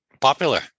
popular